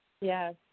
yes